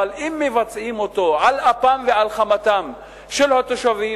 אם מבצעים אותו על אפם ועל חמתם של התושבים,